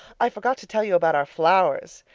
i forgot to tell you about our flowers.